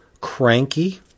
Cranky